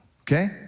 Okay